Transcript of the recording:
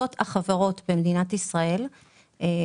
החברות במדינת ישראל,